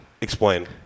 Explain